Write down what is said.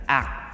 act